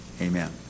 amen